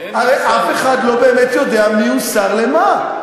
הרי אף אחד לא באמת יודע מיהו שר למה.